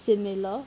similar